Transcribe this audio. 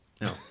No